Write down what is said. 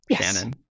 Shannon